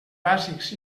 bàsics